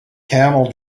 camel